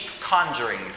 conjuring